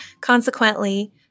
Consequently